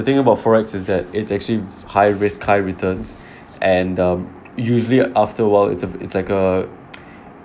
the thing about forex is that it's actually high risk high returns and um usually after a while it's uh it's like a